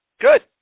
Good